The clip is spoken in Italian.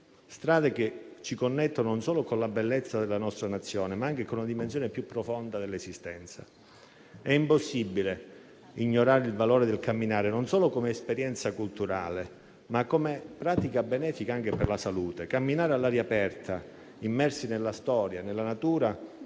strade che ci connettono non solo con la bellezza della nostra Nazione, ma anche con una dimensione più profonda dell'esistenza. È impossibile ignorare il valore del camminare non solo come esperienza culturale, ma come pratica benefica anche per la salute. Camminare all'aria aperta immersi nella storia e nella natura